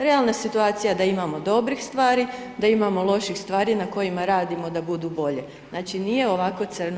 Realna situacija da imamo dobrih stvari, da imamo loših stvari na kojima radimo da budu bolje, znači nije ovako crno.